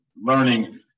learning